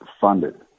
funded